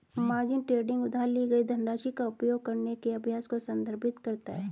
margin trading उधार ली गई धनराशि का उपयोग करने के अभ्यास को संदर्भित करता है